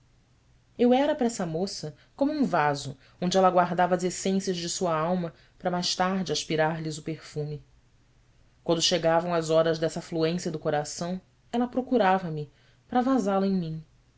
eu era para essa moça como um vaso onde ela guardava as essências de sua alma para mais tarde aspirar lhes o perfume quando chegavam as horas dessa afluência do coração ela procurava me para vazá la em mim